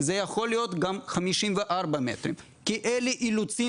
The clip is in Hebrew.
זה יכול להיות גם 54 מטר כי אלה אילוצים